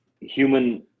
human